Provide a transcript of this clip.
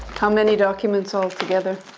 how many documents altogether?